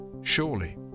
surely